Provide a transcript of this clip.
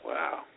Wow